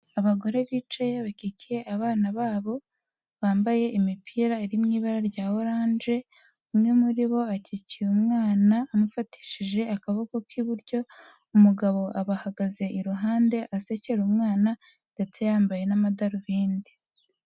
Abagore bicaye, bakikiye abana babo, bambaye imipira iri mu ibara rya oranje, umwe muri bo akikiye umwana amufatishije akaboko k'iburyo, umugabo abahagaze iruhande asekera umwana, ndetse yambaye n'amadarubindi.